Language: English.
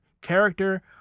character